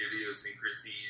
idiosyncrasies